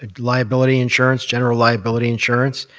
ah liability insurance, general liability insurance.